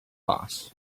boss